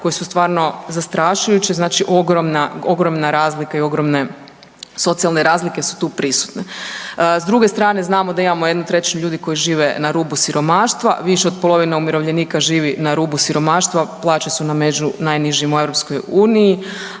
koji su stvarno zastrašujući, znači ogromna, ogromna razlika i ogromne socijalne razlike su tu prisutne. S druge strane znamo da imamo 1/3 ljudi koji žive na rubu siromaštva, više od polovine umirovljenika živi na rubu siromaštva, plaće su među najnižima u EU.